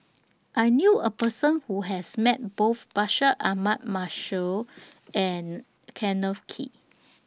I knew A Person Who has Met Both Bashir Ahmad Mallal and Kenneth Kee